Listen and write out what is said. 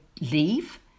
leave